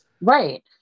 Right